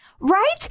Right